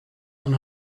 and